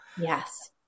Yes